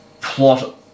plot